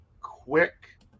quick